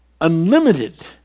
unlimited